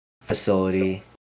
facility